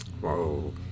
Whoa